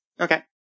Okay